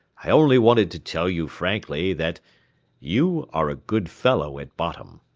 i only wanted to tell you frankly that you are a good fellow at bottom.